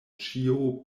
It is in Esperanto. ĉio